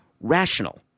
rational